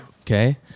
okay